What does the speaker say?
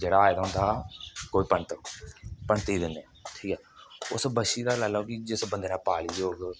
जेह्ड़ा आए दा होंदा कोई पंत पंते गी दिन्ने ठीक ऐ उस बच्छी दा लाई लैओ कि जिस बंदे ने पाल्ली दी होग